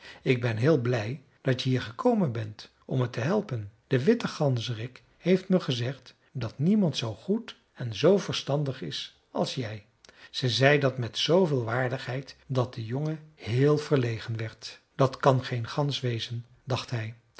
ik ben heel blij dat je hier gekomen bent om me te helpen de witte ganzerik heeft me gezegd dat niemand zoo goed en zoo verstandig is als jij ze zei dat met zooveel waardigheid dat de jongen heel verlegen werd dat kan geen gans wezen dacht hij